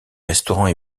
restaurants